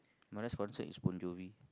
my next concert is Bon-Jovi